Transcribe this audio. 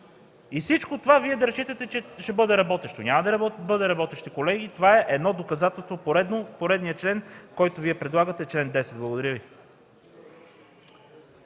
че всичко това ще бъде работещо. Няма да бъде работещо, колеги! Това е едно доказателство, поредният член, който Вие предлагате – чл. 10. Благодаря Ви.